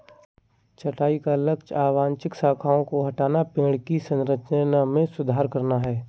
छंटाई का लक्ष्य अवांछित शाखाओं को हटाना, पेड़ की संरचना में सुधार करना है